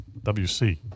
WC